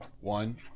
One